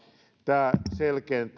tämä selkiyttäisi vielä